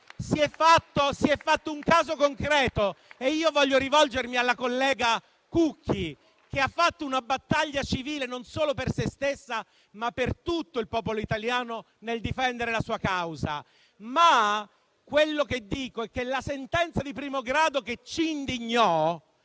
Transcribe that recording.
si è fatto un caso concreto. Io voglio rivolgermi alla collega Cucchi, che ha condotto una battaglia civile non solo per se stessa, ma per tutto il popolo italiano, nel difendere la sua causa. Quello che dico è che la sentenza di primo grado, che ci indignò,